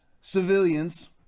civilians